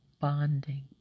Bonding